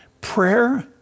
Prayer